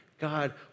God